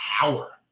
power